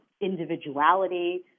individuality